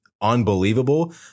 unbelievable